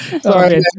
Sorry